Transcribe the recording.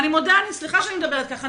סליחה שאני מדברת ככה.